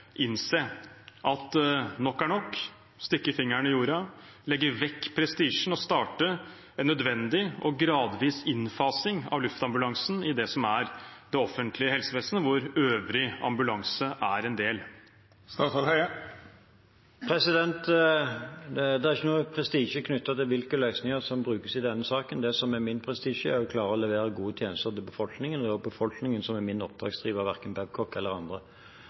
innse at nok er nok, stikke fingeren i jorden, legge vekk prestisjen og starte en nødvendig og gradvis innfasing av luftambulansen i det som er det offentlige helsevesenet, hvor øvrig ambulanse er en del? Det er ingen prestisje knyttet til hvilke løsninger som brukes i denne saken. Det som er min prestisje, er å klare å levere gode tjenester til befolkningen. Det er befolkningen som er min oppdragsgiver – verken Babcock eller andre.